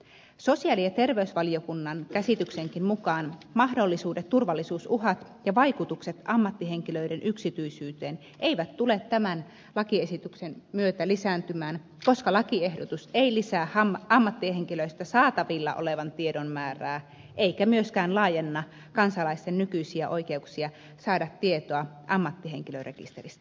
sosiaali ja terveysvaliokunnan käsityksenkin mukaan mahdolliset turvallisuusuhat ja vaikutukset ammattihenkilöiden yksityisyyteen eivät tule tämän lakiesityksen myötä lisääntymään koska lakiehdotus ei lisää ammattihenkilöistä saatavilla olevan tiedon määrää eikä myöskään laajenna kansalaisten nykyisiä oikeuksia saada tietoa ammattihenkilörekisteristä